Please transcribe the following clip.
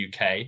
UK